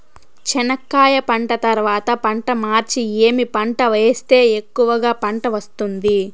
చెనక్కాయ పంట తర్వాత పంట మార్చి ఏమి పంట వేస్తే ఎక్కువగా పంట వస్తుంది?